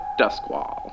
Duskwall